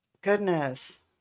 Goodness